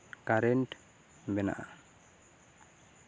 current ᱵᱮᱱᱟᱜᱼᱟ